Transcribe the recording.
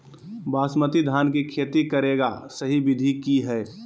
बासमती धान के खेती करेगा सही विधि की हय?